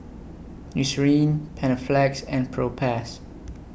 Eucerin Panaflex and Propass